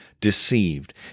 deceived